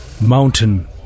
mountain